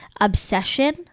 obsession